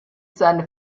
seine